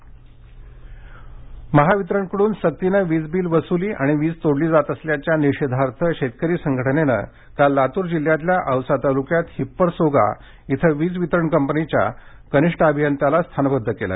लातर वीज बिल महावितरणकडून सक्तीनं वीजबिल वसुली आणि वीज तोडली जात असल्याच्या निषेधार्थ शेतकरी संघटनेनं काल लातूर जिल्ह्यातल्या औसा तालुक्यात हिप्परसोगा इथं वीज वितरण कंपनीच्या कनिष्ठ अभियंत्याला स्थानबद्ध केलं